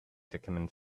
document